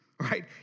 right